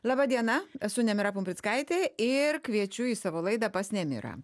laba diena esu nemira pumpickaitė ir kviečiu į savo laidą pas nemirą